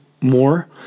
more